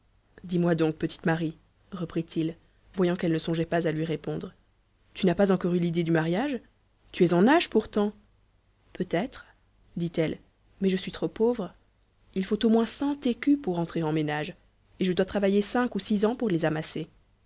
dis-moi donc petite marie reprit-il voyant qu'elle ne songeait pas à lui répondre tu n'as pas encore eu l'idée du mariage tu es en âge pourtant peut-être dit-elle mais je suis trop pauvre il faut au moins cent écus pour entrer en ménage et je dois travailler cinq ou six ans pour les amasser